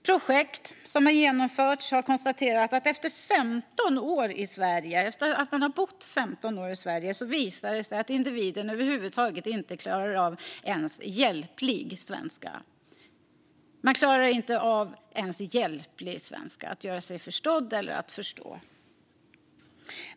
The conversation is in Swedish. Projekt som genomförts har konstaterat att det finns individer som efter att ha bott 15 år i Sverige inte behärskar ens hjälplig svenska. De kan inte göra sig förstådda eller förstå.